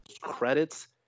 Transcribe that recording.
credits